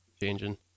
Changing